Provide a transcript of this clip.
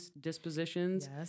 dispositions